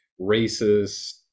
racist